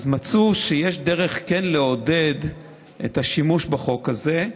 אז מצאו שיש דרך כן לעודד את השימוש בחוק הזה,